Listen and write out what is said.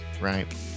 right